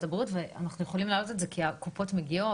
הבריאות ואנחנו יכולים להעלות את זה כי הקופות מגיעות,